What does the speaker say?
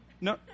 no